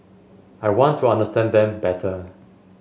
I want to understand them better